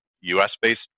US-based